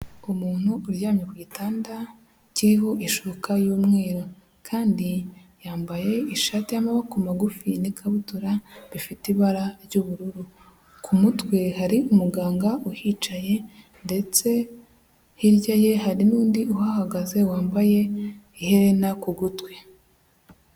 Umuntu uryamye ku gitanda kiriho ishuka y'umweru kandi yambaye ishati y'amaboko magufi n'ikabutura bifite ibara ry'ubururu, ku mutwe hari umuganga uhicaye ndetse hirya ye hari n'undi uhahagaze wambaye iherena ku gutwi.